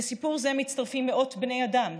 לסיפור זה מצטרפים מאות בני אדם,